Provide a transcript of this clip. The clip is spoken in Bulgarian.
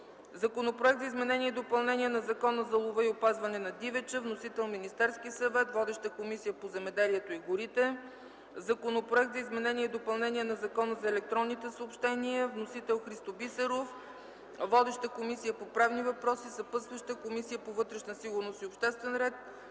Законопроект за изменение и допълнение на Закона за лова и опазване на дивеча. Вносител: Министерски съвет. Водеща е Комисията по земеделието и горите. Законопроект за изменение и допълнение на Закона за електронните съобщения. Вносител: Христо Бисеров. Водеща е Комисията по правни въпроси, разпределен е и на Комисията по вътрешна сигурност и обществен ред